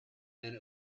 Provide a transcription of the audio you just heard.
and